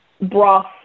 broth